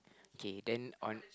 K then on